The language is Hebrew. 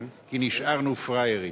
כי נשארנו פראיירים.